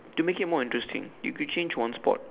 to make it more interesting if you could change one sport